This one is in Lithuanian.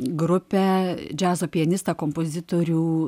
grupę džiazo pianistą kompozitorių